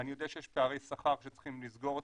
אני יודע שיש פערי שכר שצריכים לסגור אותם,